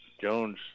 Jones